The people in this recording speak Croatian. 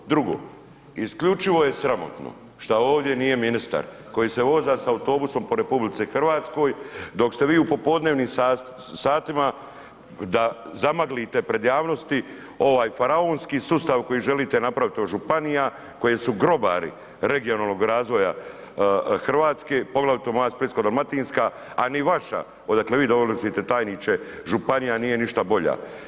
Drugo, isključivo je sramotno šta ovdje nije ministar koji se voza s autobusom po RH dok ste vi u popodnevnim satima da zamaglite pred javnosti ovaj faraonski sustav koji želite napraviti od županija koje su grobari regionalnog razvoja Hrvatske, poglavito moja Splitsko-dalmatinska, a ni vaša odakle vi dolazite tajniče županija nije ništa bolja.